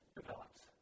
develops